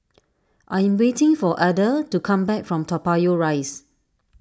I am waiting for Adda to come back from Toa Payoh Rise